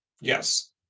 Yes